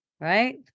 right